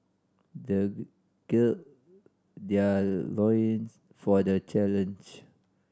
the gird their loins for the challenge